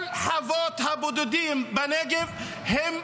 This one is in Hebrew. כל חוות הבודדים בנגב הן